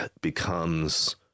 becomes